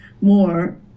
more